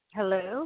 Hello